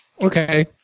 Okay